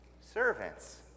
Servants